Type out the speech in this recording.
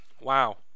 Wow